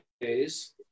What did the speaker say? days